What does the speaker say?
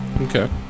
Okay